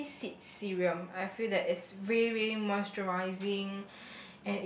green tea serum I feel that it's very very moisturising